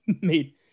made